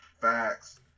Facts